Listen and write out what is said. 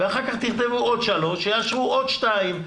ואחר כך תכתבו עוד שלוש, יאשרו עוד שתיים.